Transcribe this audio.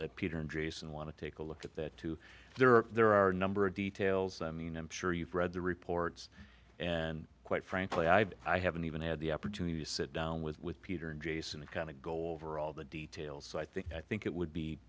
that peter and jason want to take a look at that too there are there are a number of details i mean i'm sure you've read the reports and quite frankly i have i haven't even had the opportunity to sit down with with peter and jason and kind of go over all the details so i think i think it would be